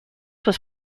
was